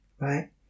right